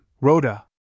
Rhoda